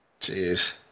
Jeez